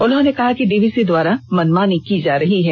उन्होंने कहा कि डीवीसी द्वारा मनमानी की जा रही है